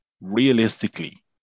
realistically